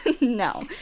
no